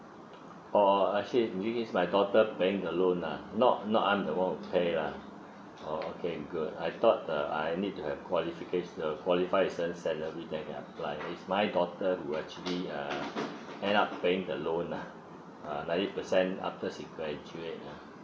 oh actually you mean is my daughter paying the loan ah not not I'm the one who pay ah oh okay good I thought the I need to have qualificati~ uh qualifies then we can apply is my daughter who actually uh end up paying the loan ah uh ninety percent after she's graduate ah